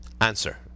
answer